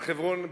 אבל חברון,